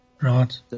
Right